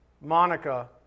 Monica